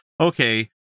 okay